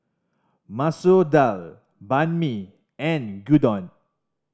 Masoor Dal Banh Mi and Gyudon